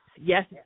yes